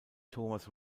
thomas